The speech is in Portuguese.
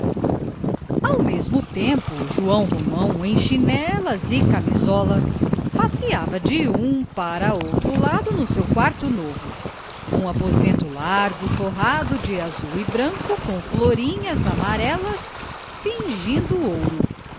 ao mesmo tempo joão romão em chinelas e camisola passeava de um para outro lado no seu quarto novo um aposento largo e forrado de azul e branco com florinhas amarelas fingindo ouro